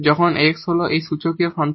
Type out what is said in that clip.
যখন X হল এই এক্সপোনেনশিয়াল ফাংশন